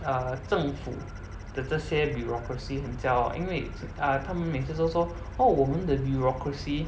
err 政府的这些 bureaucracy 很骄傲因为 uh 他们每次都说 oh 我们的 bureaucracy